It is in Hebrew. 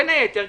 בין היתר,